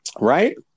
right